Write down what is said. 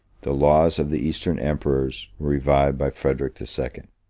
the laws of the eastern emperors were revived by frederic the second.